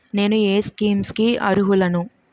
నేను ఏ స్కీమ్స్ కి అరుహులను?